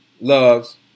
loves